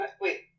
Wait